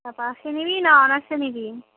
তা পাসে নিবি না অনার্সে নিবি